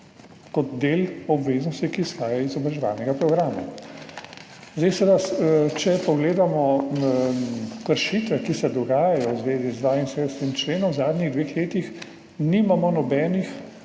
kot del obveznosti, ki izhaja iz izobraževalnega programa. Seveda, če pogledamo kršitve, ki se dogajajo v zvezi z 72. členom v zadnjih dveh letih, nimamo nobenih